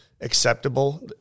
acceptable